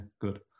good